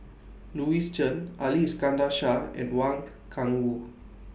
Louis Chen Ali Iskandar Shah and Wang Gungwu